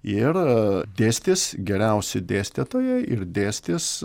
ir dėstys geriausi dėstytojai ir dėstys